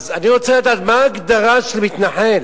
אני רוצה לדעת, מה ההגדרה של מתנחל?